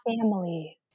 family